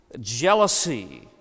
jealousy